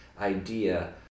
idea